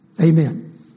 Amen